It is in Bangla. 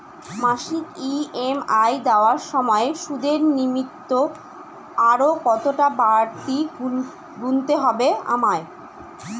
মাসিক ই.এম.আই দেওয়ার সময়ে সুদের নিমিত্ত আরো কতটাকা বাড়তি গুণতে হবে আমায়?